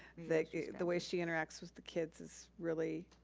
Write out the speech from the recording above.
the the way she interacts was the kids is really